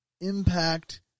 impact